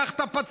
קח את הפצמ"ר,